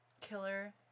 Killer